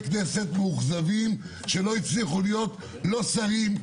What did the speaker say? כנסת מאוכזבים שלא הצליחו להיות לא שרים,